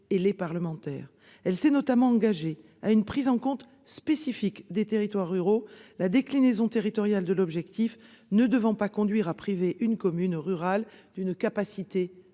et les parlementaires. Elle s'est notamment engagée à une « prise en compte spécifique des territoires ruraux », la déclinaison territoriale de l'objectif ne devant pas conduire à priver complètement une commune rurale d'une capacité